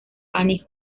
annie